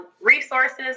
resources